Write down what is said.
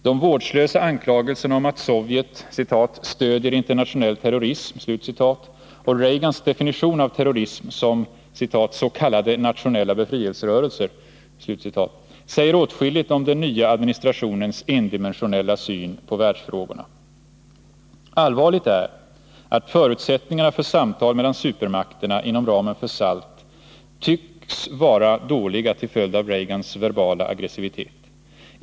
De vårdslösa anklagelserna om att Sovjet ”stödjer internationell terrorism” och Reagans definition av terrorism som ”s.k. nationella befrielserörelser” säger åtskilligt om den nya administrationens endimensionella syn på världsfrågorna. Allvarligt är att förutsättningarna för samtal mellan supermakterna inom ramen för SALT tycks vara dåliga till följd av Reagans verbala aggressivitet.